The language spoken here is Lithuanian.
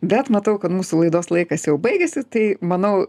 bet matau kad mūsų laidos laikas jau baigėsi tai manau